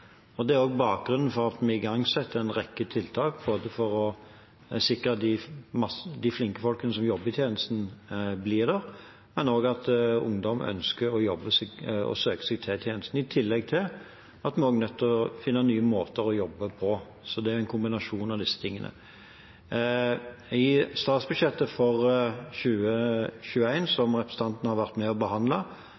rekke tiltak, både for å sikre at de flinke folkene som jobber i tjenesten, blir der, og også for at ungdom ønsker å søke seg til tjenesten. I tillegg er vi også nødt til å finne nye måter å jobbe på. Så det er en kombinasjon av disse tingene. I statsbudsjettet for 2021, som